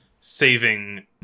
saving